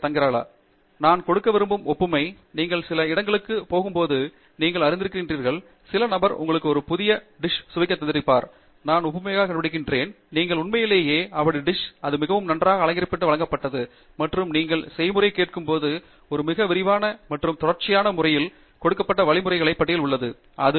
தங்கிராலா நான் கொடுக்க விரும்பும் ஒப்புமை நீங்கள் சில இடங்களுக்குப் போகும் போது நீங்கள் அறிந்திருக்கிறீர்கள் அந்த நபர் உங்களுக்கு ஒரு புதிய டிஷ் வைத்திருக்கிறார் நான் ஒப்புமைகளைக் கண்டுபிடித்திருக்கிறேன் நீங்கள் உண்மையிலேயே அப்படி டிஷ் மற்றும் அது மிகவும் நன்றாக அலங்கரிக்கப்பட்ட வழங்கப்பட்டது மற்றும் நீங்கள் செய்முறையை கேட்கும் போது ஒரு மிக விரிவான மற்றும் தொடர்ச்சியான முறையில் கொடுக்கப்பட்ட வழிமுறைகளை பட்டியல் உள்ளது மற்றும் உண்மையில் அந்த நபர் அதை தொடர்ந்து என்று